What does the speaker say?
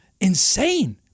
insane